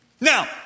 Now